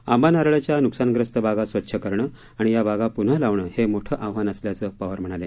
आंबा नारळाच्या नुकसानग्रस्त बागा स्वच्छ करणं आणि या बागा पुन्हा लावणं हे मोठं आव्हान असल्याचं पवार म्हणाले